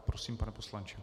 Prosím, pane poslanče.